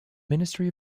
ministry